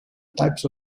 types